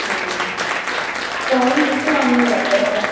ਹੁੰ ਹੁਣ ਵੀ ਬਿਲਕੁਲ ਕੰਮ ਨਹੀਂ ਕਰਦਾ ਹੈਗਾ